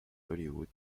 hollywood